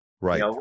Right